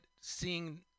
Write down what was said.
seeing